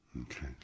Okay